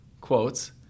quotes